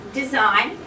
design